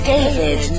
David